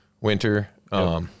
winter